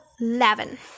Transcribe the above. eleven